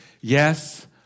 Yes